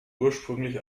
ursprünglich